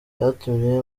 byatumye